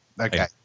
Okay